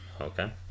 Okay